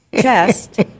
chest